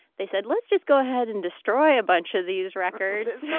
they said let's just go ahead and destroy a bunch of these records.